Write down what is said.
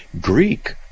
Greek